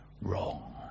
wrong